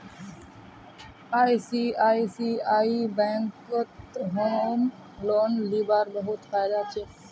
ICICI बैंकत home loan लीबार बहुत फायदा छोक